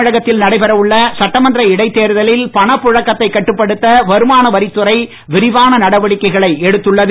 தமிழகத்தில் நடைபெற உள்ள புதுவை சட்டமன்ற இடைத்தேர்தலில் பணப்புழக்கத்தை கட்டுப்படுத்த வருமான வரித்துறை விரிவான நடவடிக்கைகளை எடுத்துள்ளது